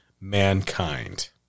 mankind